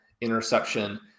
interception